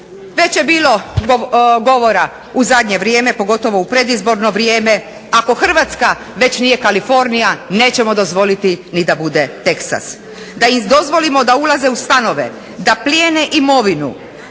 već je bilo govora u zadnje vrijeme, pogotovo u predizborno vrijeme, ako Hrvatska već nije Kalifornija nećemo dozvoliti ni da bude Teksas. Da im dozvolimo da ulaze u stanove, da plijene imovinu,